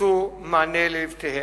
חיפשו מענה ללבטיהם.